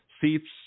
seats